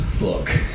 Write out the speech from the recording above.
look